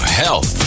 health